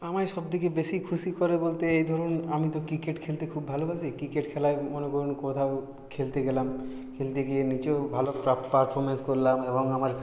আমায় সবথেকে বেশি খুশি করে বলতে এই ধরুন আমি তো ক্রিকেট খেলতে খুব ভালোবাসি ক্রিকেট খেলায় মনে করুন কোথাও খেলতে গেলাম খেলতে গিয়ে নিজেও ভালো পার পারফরম্যান্স করলাম এবং আমার